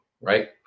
Right